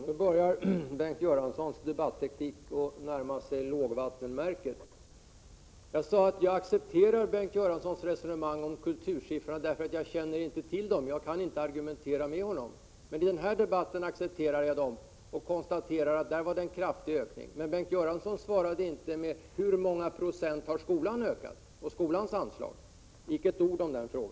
Herr talman! Bengt Göranssons debatteknik börjar nu närma sig lågvattenmärket. Jag sade att jag accepterar Bengt Göranssons resonemang om kultursiffrorna, eftersom jag inte känner till dem. Jag kan inte argumentera med honom. Men i denna debatt accepterar jag siffrorna i denna debatt och konstaterar att de innebär en kraftig ökning. Bengt Göransson svarade inte på hur många procent skolans anslag har ökat med. Han sade icke ett ord om den saken.